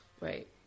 Right